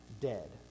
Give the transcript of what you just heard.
dead